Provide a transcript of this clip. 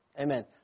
Amen